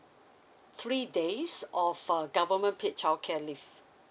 three days of a government paid childcare leave